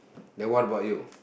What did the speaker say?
then what about you